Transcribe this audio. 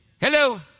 Hello